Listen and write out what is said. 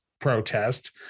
protest